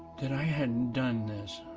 that i hadn't done this.